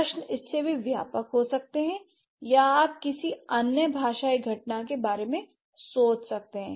प्रश्न इससे भी व्यापक हो सकते हैं या आप किसी अन्य भाषाई घटना के बारे में सोच सकते हैं